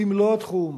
למלוא התחום,